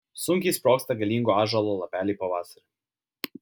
sunkiai sprogsta galingo ąžuolo lapeliai pavasarį